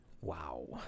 Wow